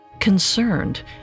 Concerned